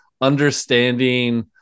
understanding